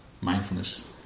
mindfulness